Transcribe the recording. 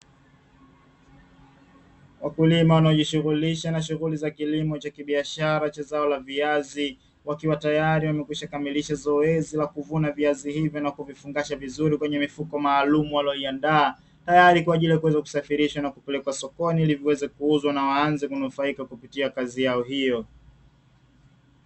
wakulima wanaojishughulisha na shughuli za kilimo cha kibiashara cha zao la viazi wakiwa tayari wamekwisha kamilisha zoezi la kuvuna viazi hivyo, na kuvifungasha vizuri kwenye mifuko maalumu walioiandaa tayari kwa ajili ya kuweza kusafirisha na kupelekwa sokoni, ili viweze kuuzwa na waanze kunufaika kupitia kazi yao hiyo.